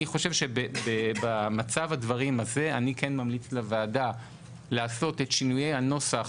אני חושב שבמצב הדברים הזה אני כן ממליץ לוועדה לעשות את שינויי הנוסח